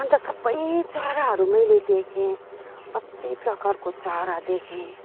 अन्त सबै चराहरू मैले देखेँ कति प्रकारको चरा देखेँ